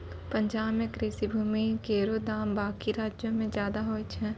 पंजाब म कृषि भूमि केरो दाम बाकी राज्यो सें जादे होय छै